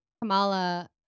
kamala